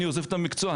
אני עוזב את המקצוע,